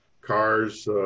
cars